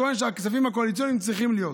אני טוען שהכספים הקואליציוניים צריכים להיות.